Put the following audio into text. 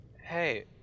Hey